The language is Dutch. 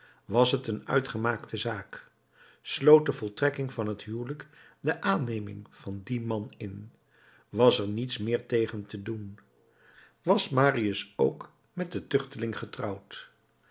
was t een uitgemaakte zaak sloot de voltrekking van het huwelijk de aanneming van dien man in was er niets meer tegen te doen was marius ook met den tuchteling getrouwd